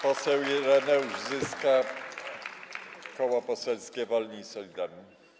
Poseł Ireneusz Zyska, Koło Poselskie Wolni i Solidarni.